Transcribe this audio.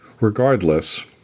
Regardless